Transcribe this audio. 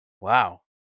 wow